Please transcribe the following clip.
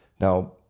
Now